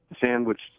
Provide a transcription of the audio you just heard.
sandwiched